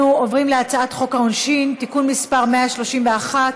אנחנו עוברים להצעת חוק העונשין (תיקון מס' 131),